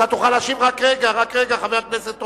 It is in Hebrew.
אתה תוכל להשיב, רק רגע, חבר הכנסת רותם.